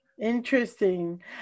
Interesting